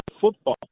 football